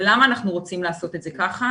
ולמה אנחנו רוצים לעשות את זה ככה?